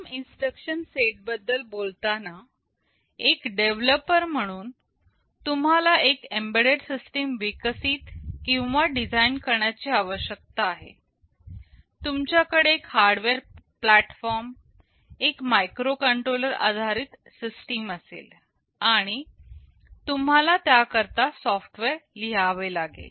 ARM instruction set बद्दल बोलताना एक डेव्हलपर म्हणून तुम्हाला एक एम्बेडेड सिस्टीम विकसित किंवा डिझाईन करण्याची आवश्यकता आहे तुमच्याकडे एक हार्डवेअर प्लॅटफॉर्म एक मायक्रोकंट्रोलर आधारित सिस्टीम असेल आणि तुम्हाला त्या करता सॉफ्टवेअर लिहावे लागेल